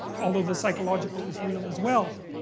although the psychological is real as well.